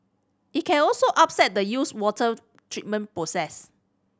it can also upset the used water treatment process